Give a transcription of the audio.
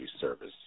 service